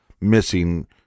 missing